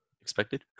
expected